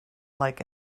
like